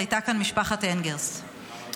משפחת אנגרסט,